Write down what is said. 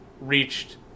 reached